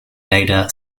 later